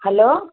hello